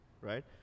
right